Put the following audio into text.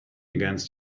against